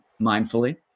mindfully